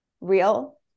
real